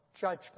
judgment